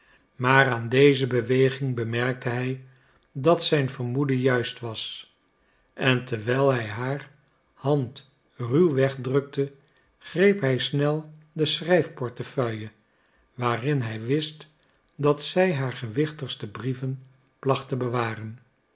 maar aan deze beweging bemerkte hij dat zijn vermoeden juist was en terwijl hij haar hand ruw wegduwde greep hij snel de schrijfportefeuille waarin hij wist dat zij haar gewichtigste brieven placht te bewaren